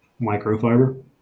microfiber